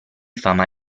fama